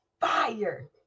fire